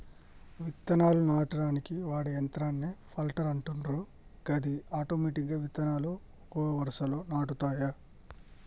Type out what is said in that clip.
విత్తనాలు నాటనీకి వాడే యంత్రాన్నే ప్లాంటర్ అంటుండ్రు గది ఆటోమెటిక్గా విత్తనాలు ఒక వరుసలో నాటుతాయి